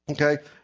okay